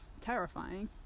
terrifying